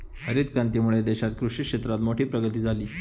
हरीत क्रांतीमुळे देशात कृषि क्षेत्रात मोठी प्रगती झाली